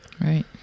Right